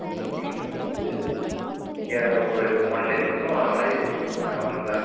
எங் எங்களுக்கு வந்து கே ஒரு ஒன் டே மட்டும் வர மாதிரி நாங்கள் வரணும் சார்